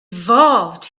evolved